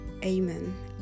Amen